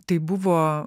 tai buvo